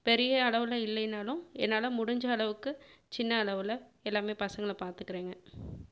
பெரிய அளவில் இல்லைனாலும் என்னால் முடிஞ்ச அளவுக்கு சின்ன அளவில் எல்லாமே பசங்களை பார்த்துக்கிறேங்க